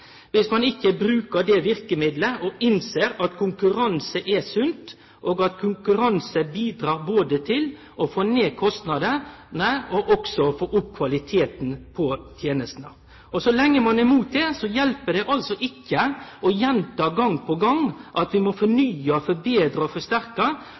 ein ikkje bruker det verkemiddelet å innsjå at konkurranse er sunt, og at konkurranse bidreg til både å få ned kostnadene og å få opp kvaliteten på tenestene. Så lenge ein er mot det, hjelper det ikkje å gjenta gong på gong at ein må